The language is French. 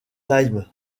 time